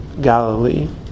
Galilee